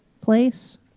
place